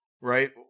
right